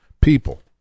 people